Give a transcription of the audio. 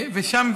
ושם,